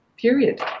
period